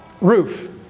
roof